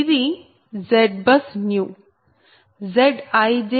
ఇది ZBUSNEW